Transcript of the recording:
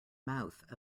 mouth